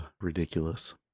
Ridiculous